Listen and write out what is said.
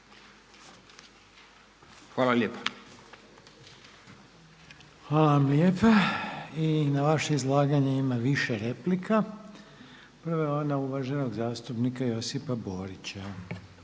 Željko (HDZ)** Hvala lijepa. Na vaše izlaganje ima više replika. Prva je ona uvaženog zastupnika Josipa Borića.